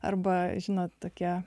arba žinot tokia